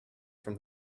from